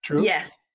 Yes